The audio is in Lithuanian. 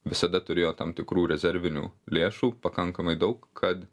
visada turėjo tam tikrų rezervinių lėšų pakankamai daug kad